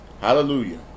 Hallelujah